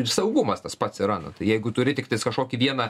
ir saugumas tas pats yra nu jeigu turi tiktais kažkokį vieną